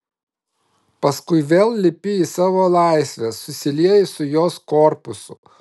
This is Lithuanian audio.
paskui vėl lipi į savo laivę susilieji su jos korpusu